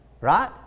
Right